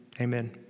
Amen